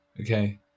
okay